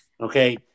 Okay